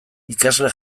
ikasle